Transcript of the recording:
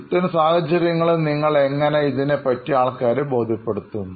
ഇത്തരം സാഹചര്യങ്ങളിൽ നിങ്ങൾ എങ്ങനെ ഇതിനെപ്പറ്റി ആൾക്കാരെ ബോധ്യപ്പെടുത്തും